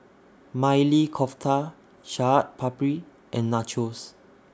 Maili Kofta Chaat Papri and Nachos